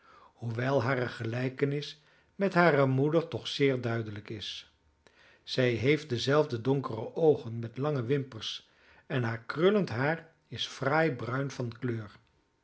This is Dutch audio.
hoewel hare gelijkenis met hare moeder toch zeer duidelijk is zij heeft dezelfde donkere oogen met lange wimpers en haar krullend haar is fraai bruin van kleur